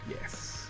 Yes